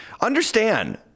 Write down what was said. Understand